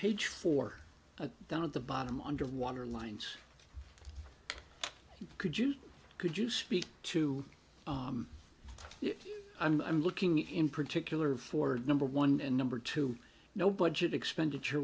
page four down at the bottom under water lines could you could you speak to you i'm looking in particular for number one and number two no budget expenditure